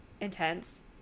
intense